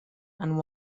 and